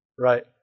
Right